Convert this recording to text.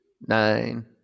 nine